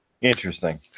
Interesting